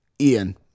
Ian